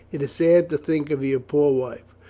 it is sad to think of your poor wife.